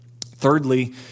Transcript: Thirdly